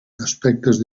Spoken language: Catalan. aspectes